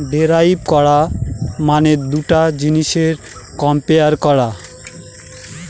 derive করা মানে দুটা জিনিসের কম্পেয়ার করা